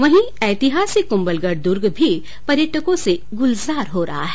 वहीं ऐतिहासिक कुंभगलढ़ दुर्ग भी पर्यटकों से गुलजार हो रहा है